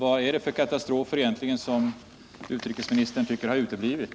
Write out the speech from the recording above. Vad är det egentligen för katastrofer utrikesministern tycker har uteblivit?